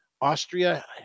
Austria